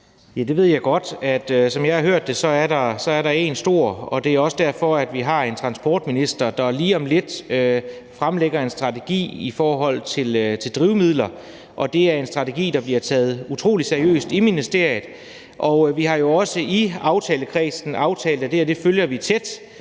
det ved jeg godt. Som jeg har hørt det, er der én stor ladestander, og det er også derfor, at vi har en transportminister, der lige om lidt fremlægger en strategi i forhold til drivmidler. Det er en strategi, der bliver taget utrolig seriøst i ministeriet, og vi har i aftalekredsen også aftalt, at vi følger det